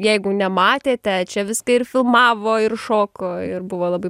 jeigu nematėte čia viską ir filmavo ir šoko ir buvo labai